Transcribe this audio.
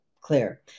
Clear